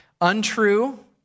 Untrue